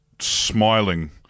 smiling